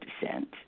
descent